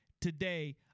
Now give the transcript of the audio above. today